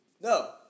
No